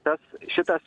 tas šitas